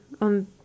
on